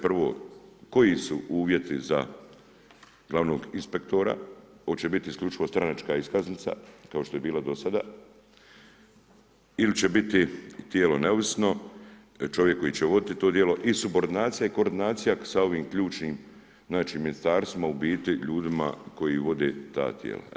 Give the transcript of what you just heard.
Prvo, koji su uvjeti za glavnog inspektora, hoće biti isključivo stranačka iskaznica kao što je bilo do sada ili će biti tijelo neovisno, čovjek koji će voditi to djelo i subordinacija i koordinacija sa ovim ključnim ministarstvima, u biti ljudima koji vode ta tijela.